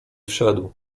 wszedł